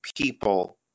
people